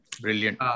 brilliant